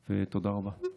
תודה רבה.